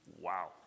Wow